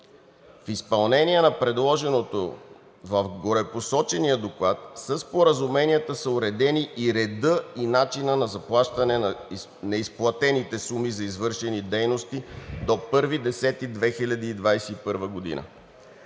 В изпълнение на предложеното в горепосочения доклад със споразуменията са уредени редът и начинът на заплащане на изплатените суми за извършени дейности до 1 октомври